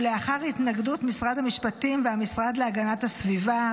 ולאחר התנגדות משרד המשפטים והמשרד להגנת הסביבה,